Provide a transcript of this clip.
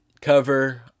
cover